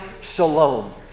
Shalom